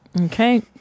Okay